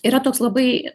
yra toks labai